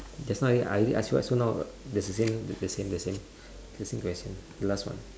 just now I already ask you so now there's the same the same the same question the last one